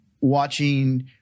watching